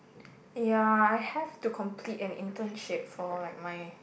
ya I have to complete an internship for like my